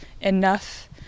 enough